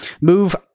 move